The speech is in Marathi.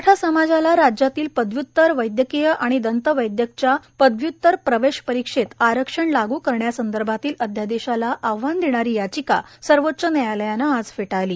मराठा समाजाला राज्यातील पदव्युत्तर वैदयकीय आणि दंत वैदयकच्या पदव्युत्तर प्रवेश परिक्षेत आरक्षण लागू करण्यासंदर्भातील अध्यादेशाला आव्हान देणारी याचिका सर्वोच्च न्यायालयाने आज फेटाळली